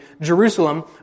Jerusalem